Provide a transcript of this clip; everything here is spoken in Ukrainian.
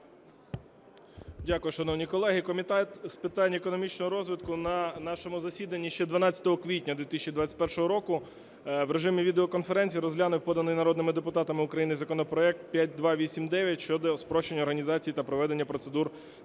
Дякую, шановні колеги. Комітет з питань економічного розвитку на нашому засіданні ще 12 квітня 2021 року в режимі відеоконференції розглянув поданий народними депутатами України законопроект 5289 щодо спрощення організації та проведення процедур